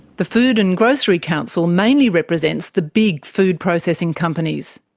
the food and grocery council mainly represents the big food processing companies.